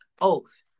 oath